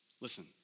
Listen